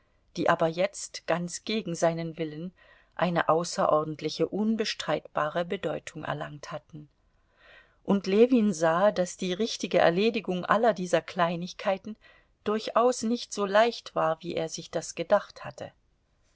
die aber jetzt ganz gegen seinen willen eine außerordentliche unbestreitbare bedeutung erlangt hatten und ljewin sah daß die richtige erledigung aller dieser kleinigkeiten durchaus nicht so leicht war wie er sich das gedacht hatte